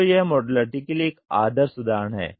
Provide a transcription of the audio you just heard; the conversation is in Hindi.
तो यह मॉड्युलरिटी के लिए एक आदर्श उदाहरण है